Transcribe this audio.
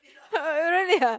!huh! really ah